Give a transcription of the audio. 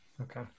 Okay